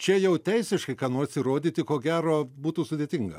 čia jau teisiškai ką nors įrodyti ko gero būtų sudėtinga